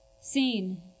Scene